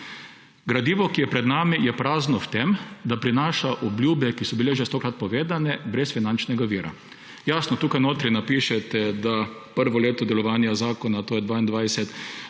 Gradivo, ki je pred nami, je prazno v tem, da prinaša obljube, ki so bile že stokrat povedane, brez finančnega vira. Jasno, tukaj notri napišete, da prvo leto delovanja zakona, to je 2022,